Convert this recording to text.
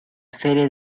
serie